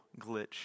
glitch